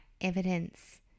evidence